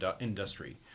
industry